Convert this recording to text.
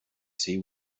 see